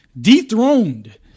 Dethroned